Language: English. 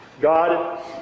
God